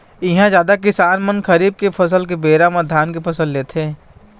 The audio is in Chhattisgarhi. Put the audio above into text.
इहां जादा किसान मन खरीफ फसल के बेरा म धान के फसल लेथे